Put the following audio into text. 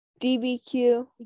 DBQ